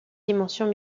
dimensions